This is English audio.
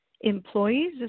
employees